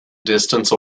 distance